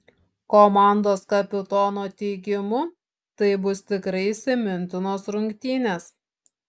komandos kapitono teigimu tai bus tikrai įsimintinos rungtynės